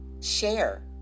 Share